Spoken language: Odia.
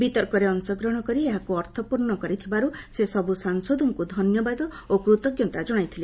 ବିତର୍କରେ ଅଂଶଗ୍ରହଣ କରି ଏହାକୁ ଅର୍ଥପୂର୍ଣ୍ଣ କରିଥିବାରୁ ସେ ସବୁ ସାଂସଦଙ୍କୁ ଧନ୍ୟବାଦ ଓ କୃତଜ୍ଞତା ଜଣାଇଥିଲେ